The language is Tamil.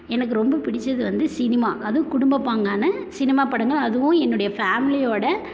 எனக்கு ரொம்ப பிடிச்சது வந்து சினிமா அதுவும் குடும்பப்பாங்கான சினிமா படங்கள் அதுவும் என்னுடைய ஃபேமிலியோட